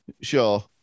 sure